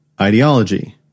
ideology